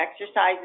exercises